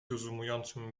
rozumującym